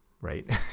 right